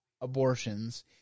abortions